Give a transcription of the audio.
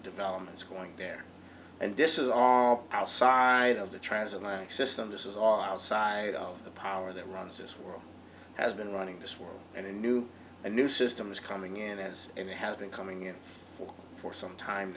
developments going there and this is our side of the transatlantic system this is all outside of the power that runs this world has been running this world and in new and new systems coming in as it has been coming in for for some time